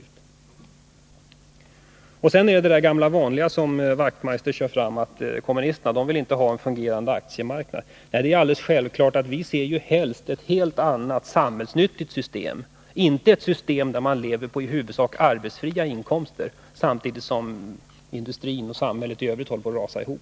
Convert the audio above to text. Knut Wachtmeister kör fram med det gamla vanliga påståendet att kommunisterna inte vill ha en fungerande aktiemarknad. Det är självklart att vi helst ser ett helt annat, samhällsnyttigt system — inte ett system där man lever på i huvudsak arbetsfria inkomster, samtidigt som industrin och samhället i övrigt håller på att rasa ihop.